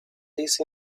this